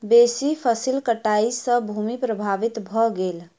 बेसी फसील कटाई सॅ भूमि प्रभावित भ गेल